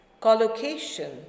collocation